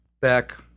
back